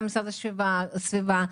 גם המשרד להגנת הסביבה,